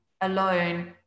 alone